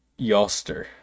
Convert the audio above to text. Yoster